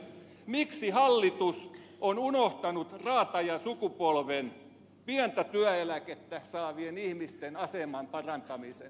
miksi hallitus on unohtanut raatajasukupolven pientä työeläkettä saavien ihmisten aseman parantamisen